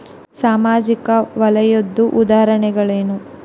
ಸಾಮಾಜಿಕ ವಲಯದ್ದು ಉದಾಹರಣೆಗಳೇನು?